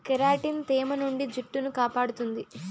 keratin తేమ నుండి జుట్టును కాపాడుతుంది